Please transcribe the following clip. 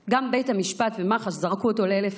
גם בית המשפט ומח"ש זרקו אותו לאלף עזאזל,